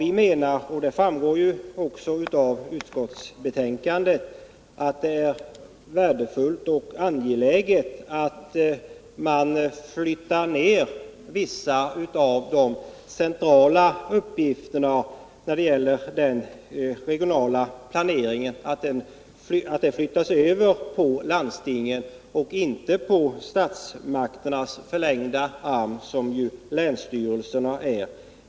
Vi menar, och det framgår också av utskottsbetänkandet, att det är värdefullt att vissa av de centrala uppgifterna när det gäller den regionala planeringen flyttas över på landstingen och inte på statsmakternas förlängda arm, som ju länsstyrelserna är.